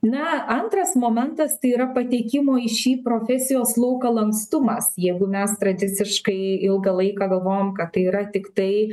na antras momentas tai yra pateikimo į šį profesijos lauką lankstumas jeigu mes tradiciškai ilgą laiką galvojom kad tai yra tiktai